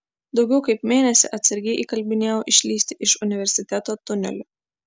daugiau kaip mėnesį atsargiai įkalbinėjau išlįsti iš universiteto tunelių